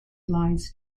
lies